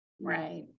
right